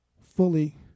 fully